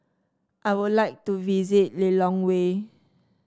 I would like to visit Lilongwe